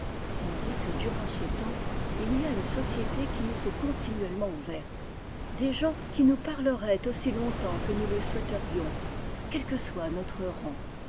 tandis que durant ce temps ily a une société qui nous est continuellement ouverte de gens qui nous parleraient aussi longtemps que nous le souhaiterions quel que soit notre rang